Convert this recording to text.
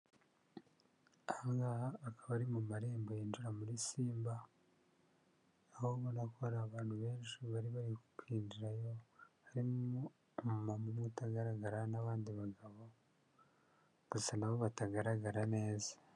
Aha hakaba ari mu marembo yinjira muri Simba, aho ubona ko hari abantu benshi bari kwinjirayo harimo umumama utagaragara n'abandi bagabo, gusa na bo batagaragara neza.